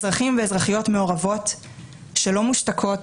אזרחים ואזרחיות מעורבים שלא מושתקים,